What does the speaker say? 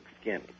skin